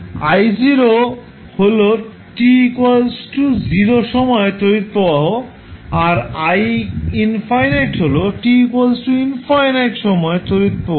i হল t 0 সময়ে তড়িৎ প্রবাহ আর i∞ হল t ∞সময়ে তড়িৎ প্রবাহ